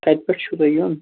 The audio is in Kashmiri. کَتہِ پیٚٹھ چھُو تۅہہِ یُن